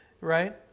Right